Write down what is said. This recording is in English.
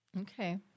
Okay